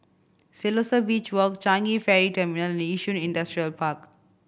Siloso Beach Walk Changi Ferry Terminally Yishun Industrial Park